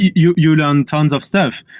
you you learn tons of stuff.